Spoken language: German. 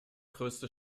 größte